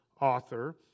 author